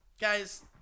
Guys